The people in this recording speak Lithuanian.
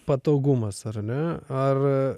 patogumas ar ne ar